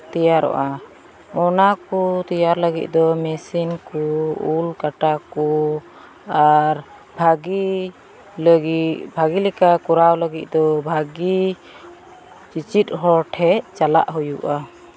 ᱛᱮᱭᱟᱨᱚᱜᱼᱟ ᱚᱱᱟ ᱠᱚ ᱛᱮᱟᱭᱨ ᱞᱟᱹᱜᱤᱫ ᱫᱚ ᱢᱮᱹᱥᱤᱱ ᱠᱚ ᱩᱞ ᱠᱟᱴᱟ ᱠᱚ ᱟᱨ ᱵᱷᱟᱹᱜᱤ ᱞᱟᱹᱜᱤᱫ ᱵᱷᱟᱹᱜᱤ ᱞᱮᱠᱟ ᱠᱚᱨᱟᱣ ᱞᱟᱹᱜᱤᱫ ᱫᱚ ᱵᱷᱟᱹᱜᱤ ᱪᱮᱪᱮᱫ ᱦᱚᱲ ᱴᱷᱮᱡ ᱪᱟᱞᱟᱜ ᱦᱩᱭᱩᱜᱼᱟ